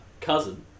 cousin